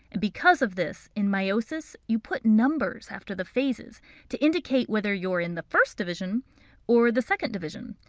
and because of this, in meiosis, you put numbers after the phases to indicate whether you're in the first division or the second division.